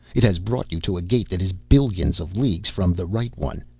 it has brought you to a gate that is billions of leagues from the right one.